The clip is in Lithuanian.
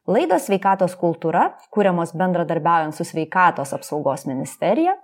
laidos sveikatos kultūra kuriamos bendradarbiaujant su sveikatos apsaugos ministerija